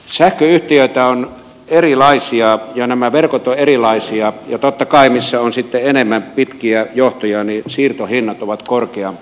sähköyhtiöitä on erilaisia ja nämä verkot ovat erilaisia ja totta kai missä on sitten enemmän pitkiä johtoja siirtohinnat ovat korkeampia